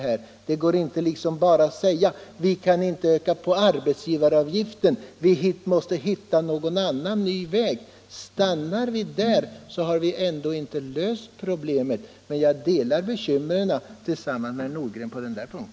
Man kan inte bara säga att vi inte skall öka arbetsgivaravgiften. Vi måste då finna en ny väg. Stannar vi vid att bara säga nej har vi ändå inte löst problemet. Jag delar bekymren tillsammans med herr Nordgren på denna punkt.